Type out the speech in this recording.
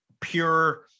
pure